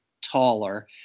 taller